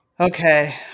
Okay